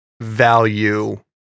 value